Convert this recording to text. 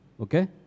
Okay